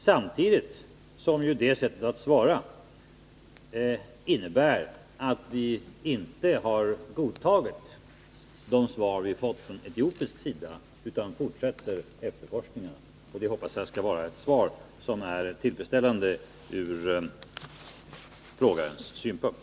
Samtidigt innebär dock det sättet att svara att vi inte har godtagit de svar vi fått från etiopisk sida utan fortsätter efterforskningarna. Det hoppas jag skall vara ett besked som är tillfredsställande ur frågarens synpunkt.